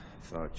thought